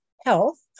Health